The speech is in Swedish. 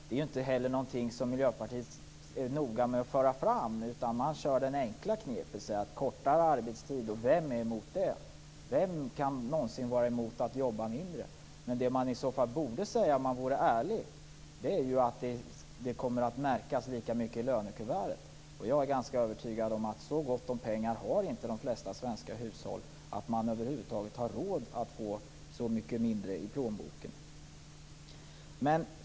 Det är inte heller någonting som Miljöpartiet är noga med att föra fram, utan man kör med det enkla knepet: Vem är emot kortare arbetstid, och vem kan någonsin vara emot att jobba mindre? Om man vore ärlig borde man säga att det kommer att märkas lika mycket i lönekuvertet. Jag är övertygad om att de flesta svenska hushåll inte har så gott om pengar att de har råd att få så mycket mindre i plånboken.